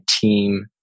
team